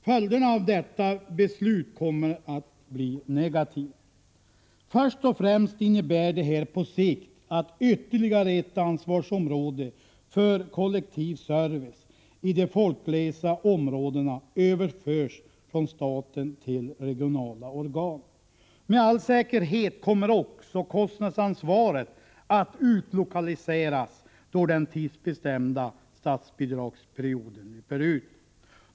Följderna av detta beslut kommer att bli negativa. Först och främst innebär det här på sikt att ytterligare ett ansvarsområde för kollektiv service i de folkglesa områdena överförs från staten till regionala organ. Med all säkerhet kommer också kostnadsansvaret att utlokaliseras då den tidsbestämda statsbidragsperioden löper ut.